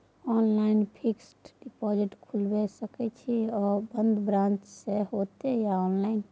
Online fixed deposit खुईल सके इ आ ओ बन्द ब्रांच स होतै या ऑनलाइन?